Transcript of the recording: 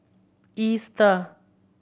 Easter